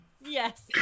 Yes